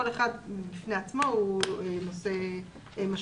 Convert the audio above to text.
כל אחד בפני עצמו הוא נושא משמעותי.